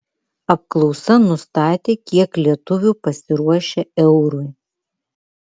apklausa nustatė kiek lietuvių pasiruošę eurui